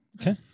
okay